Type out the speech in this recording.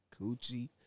coochie